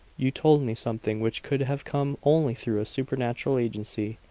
you told me something which could have come only through a supernatural agency.